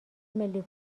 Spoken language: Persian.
ملی